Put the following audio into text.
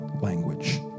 language